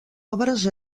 obres